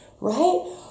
Right